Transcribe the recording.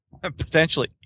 Potentially